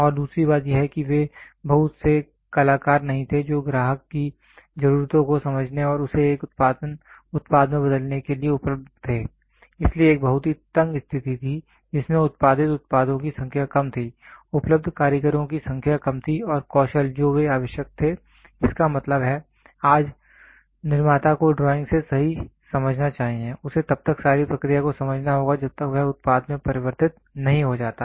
और दूसरी बात यह है कि वे बहुत से कलाकार नहीं थे जो ग्राहक की जरूरतों को समझने और उसे एक उत्पाद में बदलने के लिए उपलब्ध थे इसलिए एक बहुत ही तंग स्थिति थी जिसमें उत्पादित उत्पादों की संख्या कम थी उपलब्ध कारीगरों की संख्या कम थी और कौशल जो वे आवश्यक थे इसका मतलब है आज निर्माता को ड्राइंग से सही समझना चाहिए उसे तब तक सारी प्रक्रिया को समझना होगा जब तक वह उत्पाद में परिवर्तित नहीं हो जाता